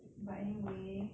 but anyway